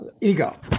ego